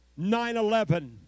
9-11